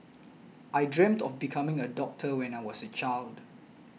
I dreamt of becoming a doctor when I was a child